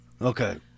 Okay